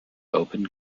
open